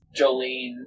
Jolene